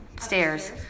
Stairs